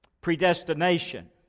Predestination